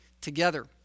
together